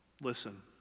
Listen